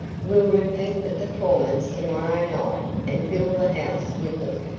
we'll repeat the performance to-morrow night and fill the house with them.